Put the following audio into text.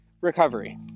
recovery